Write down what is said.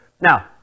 now